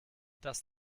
das